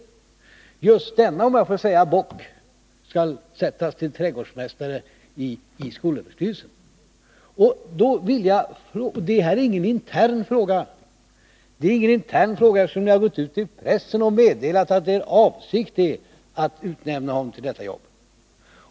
Just denna, om jag får säga så, bock skall sättas till trädgårdsmästare i skolöverstyrelsen! Det här är ingen intern fråga, eftersom ni har gått ut i pressen och meddelat att er avsikt är att utnämna honom till detta jobb.